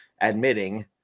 admitting